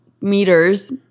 Meters